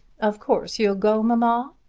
of course you'll go, mamma.